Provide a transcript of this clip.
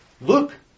look